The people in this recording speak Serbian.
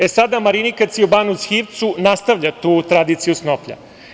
E, sada Marinika ciubanus hivcu nastavlja tu tradiciju snoplja.